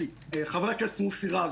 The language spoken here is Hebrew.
חבר הכנסת מוסי רז,